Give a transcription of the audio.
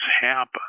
happen